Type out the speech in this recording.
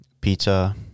pizza